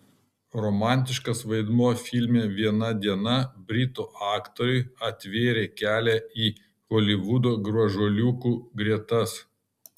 romantiškas vaidmuo filme viena diena britų aktoriui atvėrė kelią į holivudo gražuoliukų gretas